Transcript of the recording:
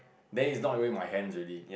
then is not even in my hand already